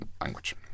language